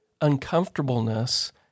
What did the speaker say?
uncomfortableness